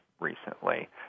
recently